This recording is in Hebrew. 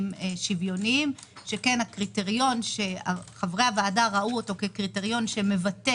שוויוניים שכן הקריטריון שחברי הוועדה ראו אותו כמבטא